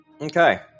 Okay